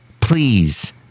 please